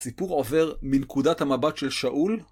הסיפור עובר מנקודת המבט של שאול